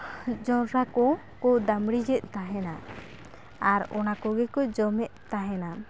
ᱡᱚᱸᱰᱨᱟ ᱠᱚ ᱠᱚ ᱫᱟᱜ ᱢᱟᱲᱤᱭᱮᱫ ᱛᱟᱦᱮᱱᱟ ᱟᱨ ᱚᱱᱟ ᱠᱚᱜᱮ ᱠᱚ ᱡᱚᱢᱮᱫ ᱛᱟᱦᱮᱱᱟ